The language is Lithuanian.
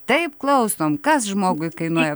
taip klausom kas žmogui kainuoja